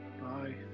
Bye